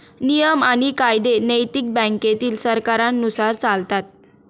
नियम आणि कायदे नैतिक बँकेतील सरकारांनुसार चालतात